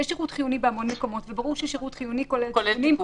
יש שירות חיוני בהרבה מקומות וברור ששירות חיוני כולל תיקונים.